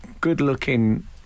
good-looking